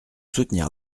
soutenir